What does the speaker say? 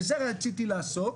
בזה רציתי לעסוק,